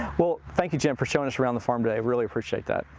well, thank you, jim, for showing us around the farm today. i really appreciate that.